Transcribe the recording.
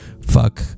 fuck